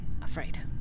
afraid